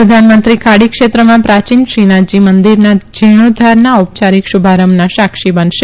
પ્રધાનમંત્રી ખાડી ક્ષેત્રમાં પ્રાચીન શ્રીનાથજી મંદિરના જીર્ણેધ્ધારના ઔપચારીક શુભારંભના સાક્ષી બનશે